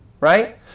right